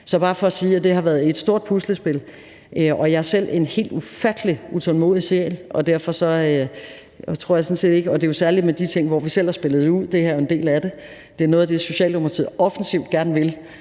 er bare for at sige, at det har været et stort puslespil, og jeg er selv en helt ufattelig utålmodig sjæl, og det er jo særlig med de ting, hvor vi selv har spillet ud, som det her jo er en del af. Det er noget af det, Socialdemokratiet offensivt gerne vil.